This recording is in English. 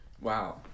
Wow